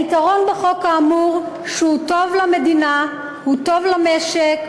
היתרון בחוק האמור שהוא טוב למדינה, טוב למשק,